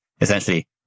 Essentially